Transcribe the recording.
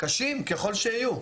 קשים ככל שיהיו,